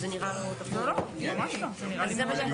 ובאמת אלה נושאים